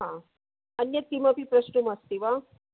हा अन्यत् किमपि प्रष्टुम् अस्ति वा